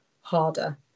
harder